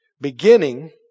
beginning